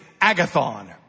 agathon